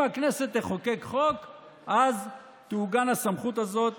אז תעוגן הסמכות הזאת